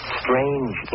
strange